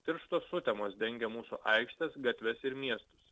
tirštos sutemos dengia mūsų aikštes gatves ir miestus